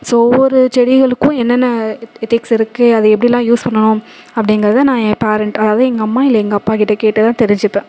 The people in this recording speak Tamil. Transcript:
ஸோ ஒவ்வொரு செடிகளுக்கும் என்னென்ன எத் எத்திக்கிஸ் இருக்குது அதை எப்டிலாம் யூஸ் பண்ணணும் அப்படிங்கிறத நான் என் பேரண்ட் அதாவது எங்கள் அம்மா இல்லை எங்கள் அப்பாகிட்ட கேட்டு தான் தெரிஞ்சிப்பேன்